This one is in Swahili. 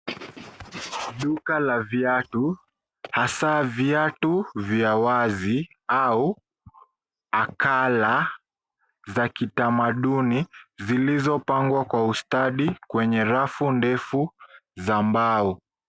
Duka la viatu hasa viatu vya wazi au akala za kitamaduni zilizopangwa kwa ustadi kwenye rafu ndefu za mbao.